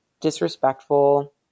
disrespectful